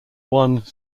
one